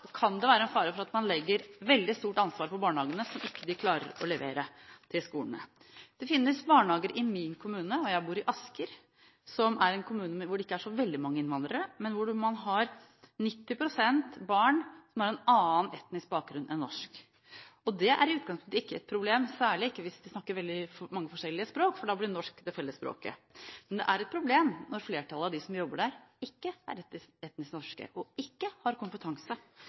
kan det være en fare for at man legger veldig stort ansvar på barnehagene, som ikke klarer å levere til skolene. Det finnes barnehager i min kommune – jeg bor i Asker, som er en kommune hvor det ikke er så veldig mange innvandrere – hvor 90 pst. av barna har en annen etnisk bakgrunn enn norsk. Det er i utgangspunktet ikke et problem, særlig ikke hvis de snakker veldig mange forskjellige språk, for da blir norsk fellesspråket. Men det er et problem når flertallet av dem som jobber der, ikke er etnisk norske og ikke har kompetanse.